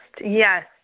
yes